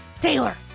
Taylor